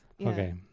okay